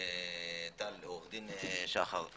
עו"ד שחר,